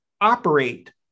operate